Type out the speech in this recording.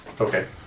Okay